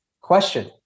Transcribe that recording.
question